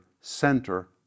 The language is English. center